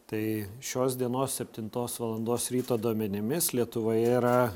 tai šios dienos septintos valandos ryto duomenimis lietuvoje yra